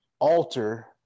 alter